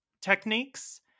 techniques